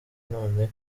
none